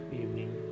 evening